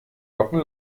locken